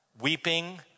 weeping